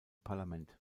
parlament